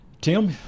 Tim